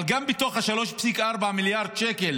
אבל גם בתוך ה-3.4 מיליארד שקל